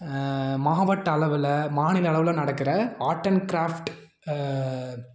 மாவட்ட அளவில் மாநில அளவில் நடக்கிற ஆர்ட் அண்ட் கிராஃப்ட்